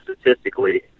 statistically